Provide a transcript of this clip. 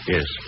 Yes